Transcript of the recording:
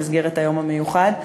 במסגרת היום המיוחד,